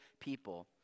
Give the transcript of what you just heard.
people